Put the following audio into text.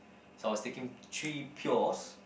so I was taking three pures